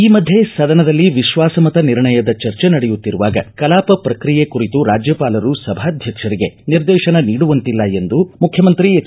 ಈ ಮಧ್ಯ ಸದನದಲ್ಲಿ ವಿತ್ವಾಸ ಮತ ನಿರ್ಣಯದ ಚರ್ಚೆ ನಡೆಯುತ್ತಿರುವಾಗ ಕಲಾಪ ಪ್ರಕ್ರಿಯೆ ಕುರಿತು ರಾಜ್ಯಪಾಲರು ಸಭಾಧಕ್ಷರಿಗೆ ನಿರ್ದೇಶನ ನೀಡುವಂತಿಲ್ಲ ಎಂದು ಮುಖ್ಯಮಂತ್ರಿ ಎಚ್